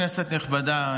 כנסת נכבדה,